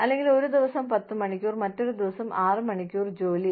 അല്ലെങ്കിൽ ഒരു ദിവസം പത്ത് മണിക്കൂർ ജോലി മറ്റൊരു ദിവസം ആറ് മണിക്കൂർ ജോലി